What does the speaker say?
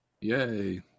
Yay